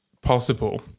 possible